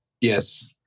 Yes